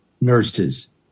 nurses